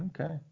Okay